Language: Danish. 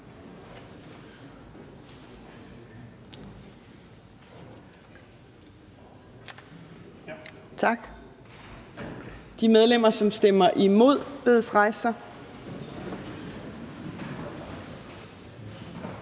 Tak. De medlemmer, der stemmer imod, bedes rejse